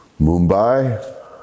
Mumbai